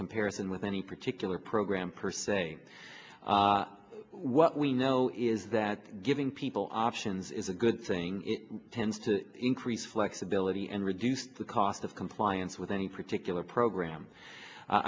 comparison with any particular program per se what we know is that giving people options is a good thing tends to increase flexibility and reduce the cost of compliance with any particular program i